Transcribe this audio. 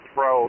Pro